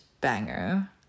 banger